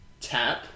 tap